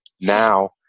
now